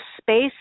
space